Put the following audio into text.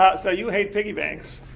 ah so you hate piggy banks.